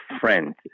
friend